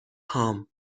هام